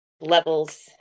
levels